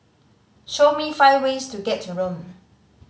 show me five ways to get to Rome